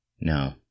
no